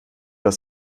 aus